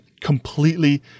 completely